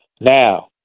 Now